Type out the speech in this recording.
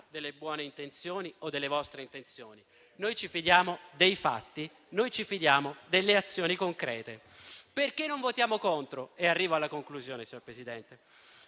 delle buone intenzioni o delle vostre intenzioni. Noi ci fidiamo dei fatti. Noi ci fidiamo delle azioni concrete. Perché non votiamo contro? Perché noi non crediamo